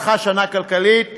הלכה שנה כלכלית שלמה.